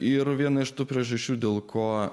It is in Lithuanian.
yra viena iš tų priežasčių dėl ko